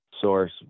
source